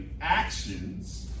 actions